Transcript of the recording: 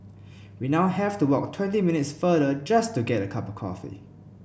we now have to walk twenty minutes farther just to get a cup coffee